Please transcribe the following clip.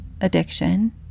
addiction